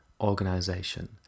organization